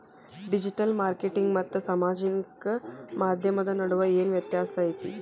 digital marketing ಮತ್ತ ಸಾಮಾಜಿಕ ಮಾಧ್ಯಮದ ನಡುವ ಏನ್ ವ್ಯತ್ಯಾಸ ಐತಿ